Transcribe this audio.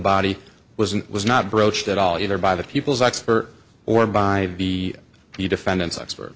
body was and was not broached at all either by the people's expert or by the defendant's expert